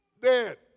dead